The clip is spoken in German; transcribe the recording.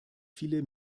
viele